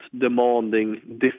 demanding